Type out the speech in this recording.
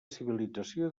civilització